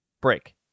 Break